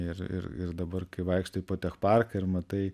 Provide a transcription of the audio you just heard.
ir ir ir dabar kai vaikštai po tech parką ir matai